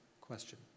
question